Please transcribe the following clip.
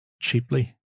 cheaply